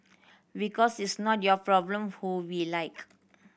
because it's not your problem who we like